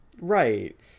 right